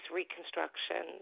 reconstruction